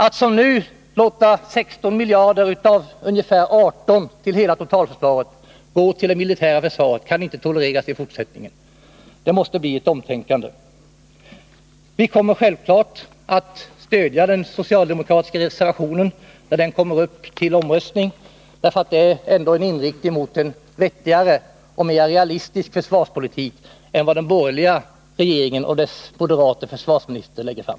Att vi, som nu, låter 16 miljarder av ungefär 18 för hela totalförsvaret gå till det militära försvaret kan inte tolereras i fortsättningen. Det måste bli ett omtänkande. Vi kommer självfallet att stödja den socialdemokratiska reservationen när den kommer upp till omröstning. Den innebär ändå en inriktning mot en vettigare och mer realistisk försvarspolitik än det förslag som den borgerliga regeringen och dess moderata försvarsminister lägger fram.